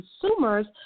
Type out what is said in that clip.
consumers